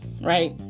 right